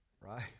right